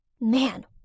Man